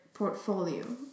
portfolio